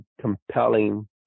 compelling